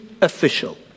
official